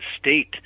state